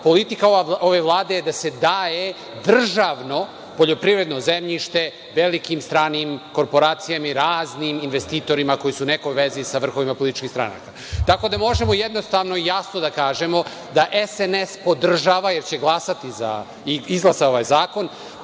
politika ove Vlade da se daje državno poljoprivredno zemljište velikim stranim korporacijama i raznim investitorima koji su u nekoj vezi sa vrhovima političkih stranaka. Tako da, možemo jednostavno i jasno da kažemo da SNS podržava, jer će glasati i izglasati ovaj zakon,